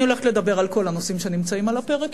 אני הולכת לדבר על כל הנושאים שנמצאים על הפרק,